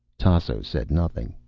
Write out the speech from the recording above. tasso said nothing.